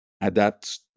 adapt